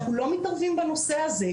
אנחנו לא מתערבים בנושא הזה,